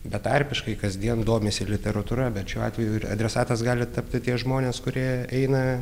betarpiškai kasdien domisi literatūra bet šiuo atveju ir adresatas gali tapti tie žmonės kurie eina